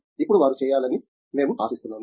ఇప్పుడు వారు చేయాలని మేము ఆశిస్తాము